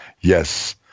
yes